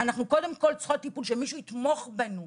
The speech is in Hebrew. אנחנו קודם כל צריכות טיפול ושמישהו יתמוך בנו,